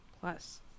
plus